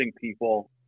people